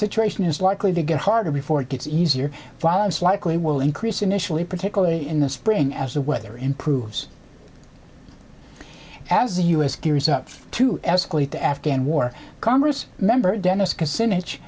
situation is likely to get harder before it gets easier violence likely will increase initially particularly in the spring as the weather improves as the u s gears up to escalate the afghan war congress member dennis c